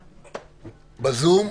בזום.